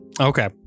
okay